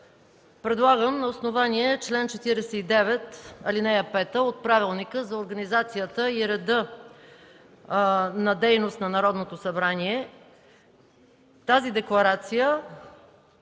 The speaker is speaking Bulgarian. Предлагам на основание чл. 49, ал. 5 от Правилника за организацията и дейността на Народното събрание тази декларация